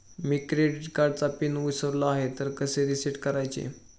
मी credit कार्डचा PIN विसरलो आहे तर कसे रीसेट करायचे?